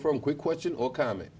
from quick question or comment